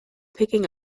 picking